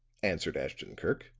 answered ashton-kirk,